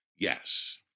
Yes